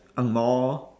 angmoh